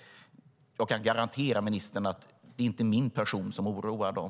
Jag kan garantera ministern att det inte är min person som oroar dem.